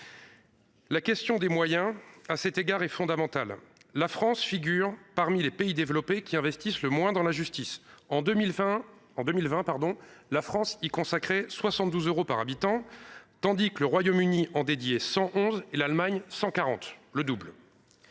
La question des moyens, à cet égard, est fondamentale. La France figure parmi les pays développés qui investissent le moins dans la justice : en 2020, notre pays y consacrait 72 euros par habitant, contre 111 euros au Royaume-Uni et 140 euros en Allemagne, soit le double